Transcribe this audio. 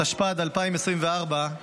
התשפ"ד 2024,